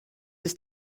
his